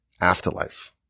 afterlife